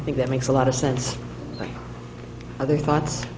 i think that makes a lot of sense for other thoughts